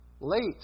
Late